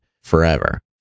forever